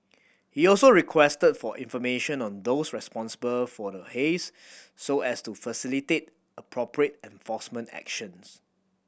he also requested for information on those responsible for the haze so as to facilitate appropriate enforcement actions